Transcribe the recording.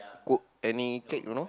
cook any cake don't know